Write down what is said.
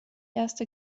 erste